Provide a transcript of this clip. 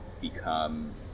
become